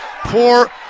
Poor